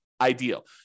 ideal